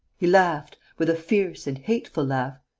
he laughed, with a fierce and hateful laugh.